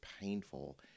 painful